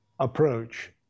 approach